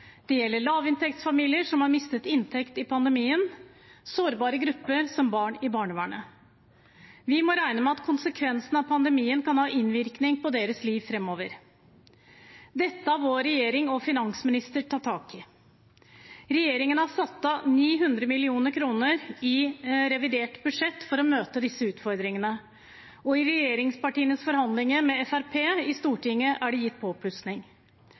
Det gjelder lavinntektsfamilier som har mistet inntekt under pandemien, og sårbare grupper som barn i barnevernet. Vi må regne med at konsekvensene av pandemien kan ha innvirkning på deres liv framover. Dette har vår regjering og finansminister tatt tak i. Regjeringen har satt av 900 mill. kr i revidert budsjett for å møte disse utfordringene, og i regjeringspartienes forhandlinger med Fremskrittspartiet i Stortinget er det gitt